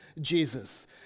Jesus